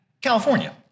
california